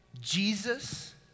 Jesus